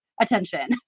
attention